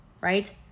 right